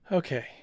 Okay